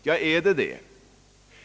Ja, är det det?